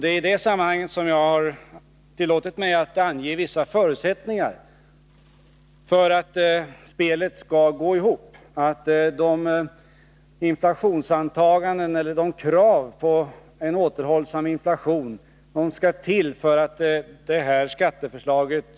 Det är i detta sammanhang som jag tillåtit mig att ange vissa förutsättningar för att ekvationen skall gå att lösa.